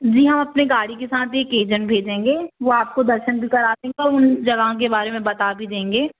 जी हाँ अपनी गाड़ी के साथ ही एक अजेंट भेजेंगे वो आपको दर्शन भी करवा देंगे जगहों के बारे में आपको बता भी देंगे